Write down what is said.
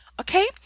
okay